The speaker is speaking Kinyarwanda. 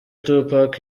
tupac